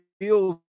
feels